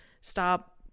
Stop